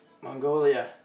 Mongolia